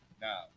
Now